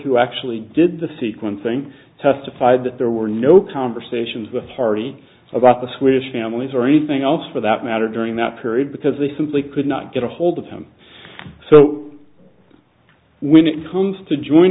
who actually did the sequencing testified that there were no conversations with hardy about the swedish families or anything else for that matter during that period because they simply could not get a hold of him so when it comes to join